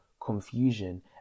confusion